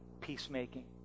peacemaking